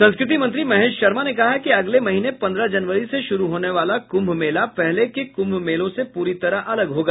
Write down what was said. संस्कृति मंत्री महेश शर्मा ने कहा है कि अगले महीने पंद्रह जनवरी से शुरू होने वाला कुम्भ मेला पहले के कुम्भ मेलों से पूरी तरह अलग होगा